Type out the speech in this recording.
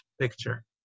picture